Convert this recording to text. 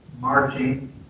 marching